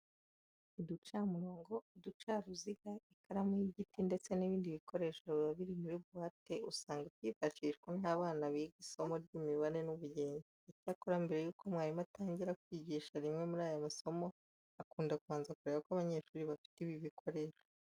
Uducamurongo, uducaruziga, ikaramu y'igiti ndetse n'ibindi bikoresho biba biri muri buwate usanga byifashishwa n'abana biga isomo ry'imibare n'ubugenge. Icyakora mbere yuko mwarimu atangira kwigisha rimwe muri aya masomo, akunda kubanza kureba ko abanyeshuri bafite ibi bikoresho.